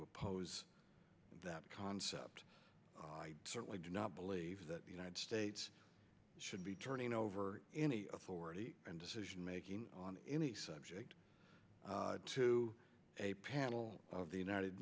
oppose that concept i certainly do not believe that the united states should be turning over any authority and decision making on any subject to a panel of the united